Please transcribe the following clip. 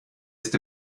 ist